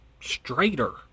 straighter